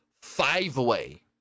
five-way